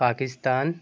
Pakistan